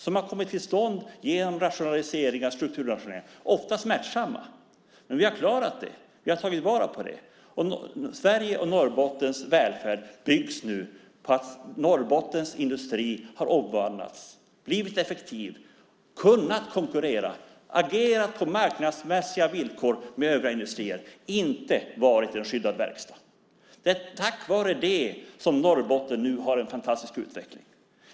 Den har kommit till stånd genom strukturrationaliseringar som ofta varit smärtsamma, men vi har klarat det. Vi har tagit vara på detta. Sveriges och Norrbottens välfärd bygger nu på att Norrbottens industri har omvandlats, blivit effektiv, kunnat konkurrera med övriga industrier och kunnat agera på marknadsmässiga villkor. Den har inte varit en skyddad verkstad. Det är tack vare detta som Norrbotten nu har en fantastisk utveckling.